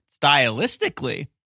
stylistically